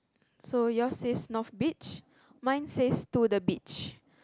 so yours says north beach mine says to the beach